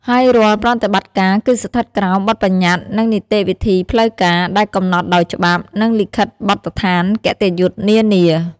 ហើយរាល់ប្រតិបត្តិការគឺស្ថិតក្រោម បទប្បញ្ញត្តិ និងនីតិវិធីផ្លូវការ ដែលកំណត់ដោយច្បាប់ និងលិខិតបទដ្ឋានគតិយុត្តនានា។